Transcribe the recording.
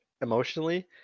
emotionally